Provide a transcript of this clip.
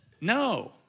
No